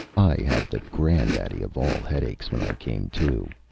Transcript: i had the grandaddy of all headaches when i came to.